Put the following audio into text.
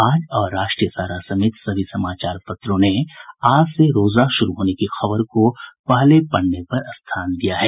आज और राष्ट्रीय सहारा समेत सभी समाचार पत्रों ने आज से रोजा शुरू होने की खबर को पहले पन्ने पर स्थान दिया है